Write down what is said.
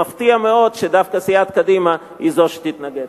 מפתיע מאוד שדווקא סיעת קדימה היא זאת שתתנגד.